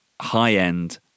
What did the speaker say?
high-end